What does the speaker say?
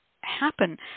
happen